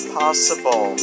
possible